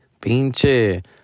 pinche